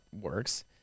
works